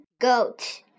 goat